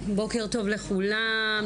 בוקר טוב לכולם,